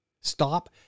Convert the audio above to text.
stop